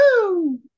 Woo